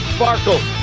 Sparkle